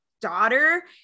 daughter